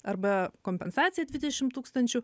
arba kompensaciją dvidešim tūkstančių